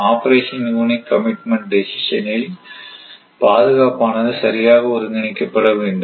operation unit commitment decision இல் பாதுகாப்பு ஆனது சரியாக ஒருங்கிணைக்கப்பட வேண்டும்